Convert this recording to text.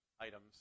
items